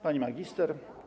Pani Magister!